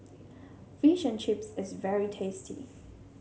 Fish and Chips is very tasty